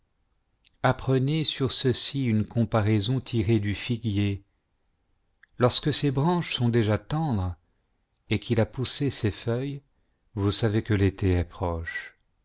apprenez sur ceci une comparaison tirée du figuier lorsque ses branches sont déjà tendres et qu'il a poussé ses feuilles vous savez que l'été est proche